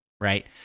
right